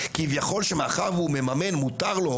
כביכול ומאחר והוא מממן מותר לו,